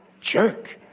Jerk